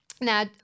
Now